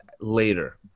later